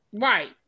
Right